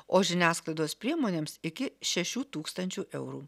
o žiniasklaidos priemonėms iki šešių tūkstančių eurų